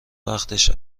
وقتش